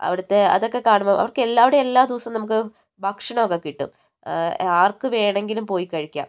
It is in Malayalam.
അവിടുത്തെ അതൊക്കെ കാണുമ്പം അവർക്ക് എല്ലാ അവിടെ എല്ലാ ദിവസവും നമുക്ക് ഭക്ഷണം ഒക്കെ കിട്ടും ആർക്ക് വേണമെങ്കിലും പോയി കഴിക്കാം